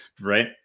right